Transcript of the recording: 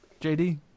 JD